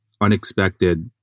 unexpected